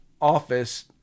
office